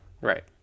right